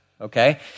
okay